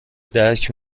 درک